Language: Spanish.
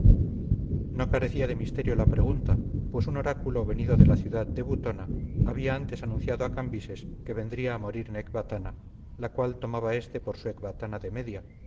no carecía de misterio la pregunta pues un oráculo venido de la ciudad de butona había antes anunciado a cambises que vendría a morir en ecbatana la cual tomaba este por su ecbatana de media